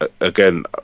again